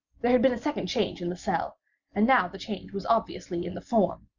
there had been a second change in the cell and now the change was obviously in the form.